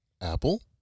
Apple